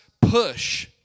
push